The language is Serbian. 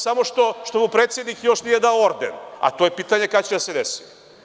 Samo što mu predsednik još nije dao orden, a to je pitanje kada će da se desi.